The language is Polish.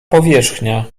powierzchnia